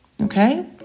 Okay